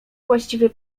właściwie